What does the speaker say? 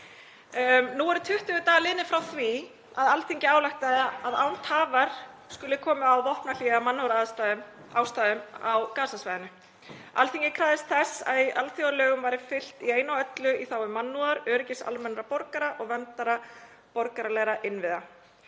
Nú eru 20 dagar liðnir frá því að Alþingi ályktaði að án tafar skyldi komið á vopnahléi af mannúðarástæðum á Gaza-svæðinu. Alþingi krafðist þess að alþjóðalögum væri fylgt í einu og öllu í þágu mannúðar, öryggis almennra borgara og verndar borgaralegra innviða.